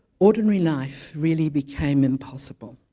ordinary life really became impossible